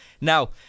Now